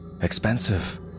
Expensive